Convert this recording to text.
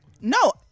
No